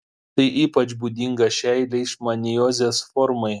tai ypač būdinga šiai leišmaniozės formai